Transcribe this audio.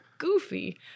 goofy